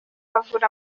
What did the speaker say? avura